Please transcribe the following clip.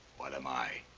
what am i?